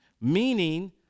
Meaning